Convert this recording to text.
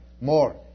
More